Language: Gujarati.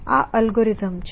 આ એલ્ગોરિધમ છે